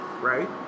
right